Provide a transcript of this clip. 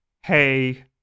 Hey